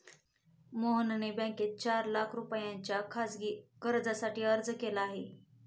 मोहनने बँकेत चार लाख रुपयांच्या खासगी कर्जासाठी अर्ज केला आहे